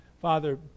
Father